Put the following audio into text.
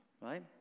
right